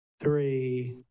three